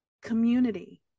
Community